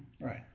Right